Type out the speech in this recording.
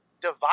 divide